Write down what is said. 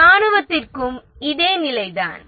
இராணுவத்திற்கும் இதே நிலைதான்